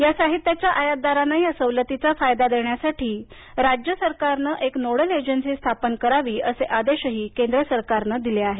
या साहित्याच्या आयातदारांना या सवलतीचा फायदा देण्यासाठी राज्य सरकारनं एक नोडल एजन्सी स्थापन करावी असे आदेशही केंद्रानं दिले आहेत